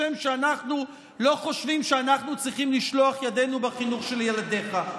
כשם שאנחנו לא חושבים שאנחנו צריכים לשלוח ידינו אל החינוך של ילדיך.